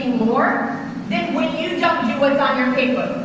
more than when you don't do what's on your paper.